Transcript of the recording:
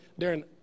Darren